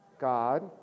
God